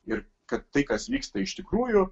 ir kad tai kas vyksta iš tikrųjų